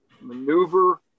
maneuver